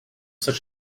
such